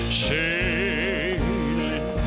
sailing